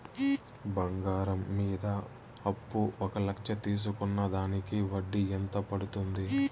బంగారం మీద అప్పు ఒక లక్ష తీసుకున్న దానికి వడ్డీ ఎంత పడ్తుంది?